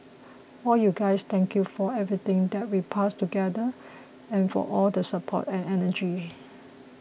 all you guys thank you for everything that we passed together and for all the support and energy